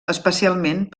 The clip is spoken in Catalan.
especialment